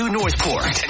Northport